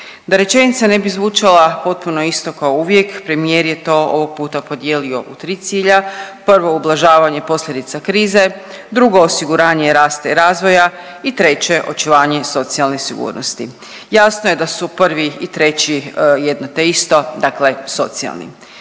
Da rečenica ne bi zvučala potpuno isto kao uvijek premijer je to ovog puta podijelio u tri cilja, prvo ublažavanje posljedica krize, drugo osiguranje rasta i razvoja i treće očuvanje socijalne sigurnosti, jasno je da su prvi i treći jedno te isto, dakle socijalni.